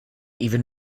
even